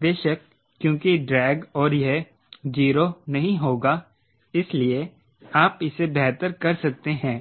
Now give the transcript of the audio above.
बेशक क्योंकि ड्रेग और यह 0 नहीं होगा इसलिए आप इसे बेहतर कर सकते हैं